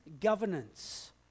governance